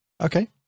Okay